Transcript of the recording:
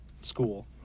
school